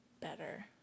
Better